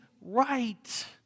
right